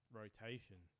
rotation